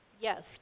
yes